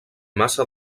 massa